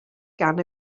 gan